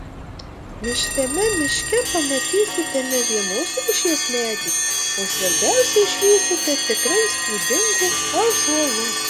mišriame miške pamatysite ne vienos rūšies medį o svarbiausia išvysite tikrai įspūdingų ąžuolų